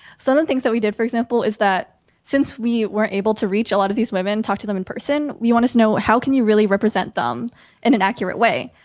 certain things that we did, for example, is that since we weren't able to reach a lot of these women, talk to them in person, we wanted know how can we really represent them in an accurate way?